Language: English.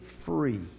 free